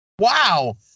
wow